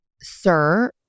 sir